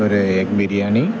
ഒര് എഗ് ബിരിയാണി